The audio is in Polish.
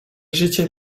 życie